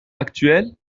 actuel